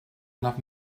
enough